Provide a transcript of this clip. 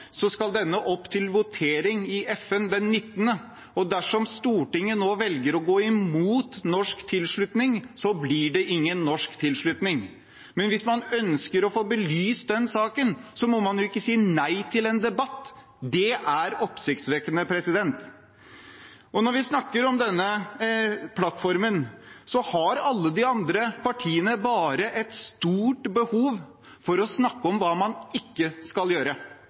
Så er det ikke riktig som det ble sagt fra Arbeiderpartiet, at saken er avgjort. Som utenriksministeren sa, skal denne opp til votering i FN den 19. desember. Dersom Stortinget nå velger å gå imot norsk tilslutning, blir det ingen norsk tilslutning. Men hvis man ønsker å få belyst den saken, må man ikke si nei til en debatt. Det er oppsiktsvekkende. Når vi snakker om denne plattformen, har alle de andre partiene bare et stort behov for å snakke om hva man ikke skal